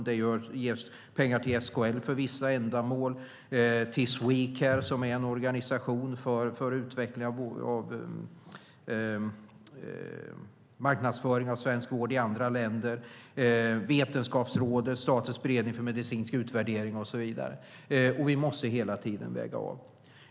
Det ges pengar till SKL för vissa ändamål, till Swecare, som är en organisation för utveckling av marknadsföring av svensk vård i andra länder, till Vetenskapsrådet, Statens beredning för medicinsk utvärdering och så vidare. Vi måste hela tiden väga av.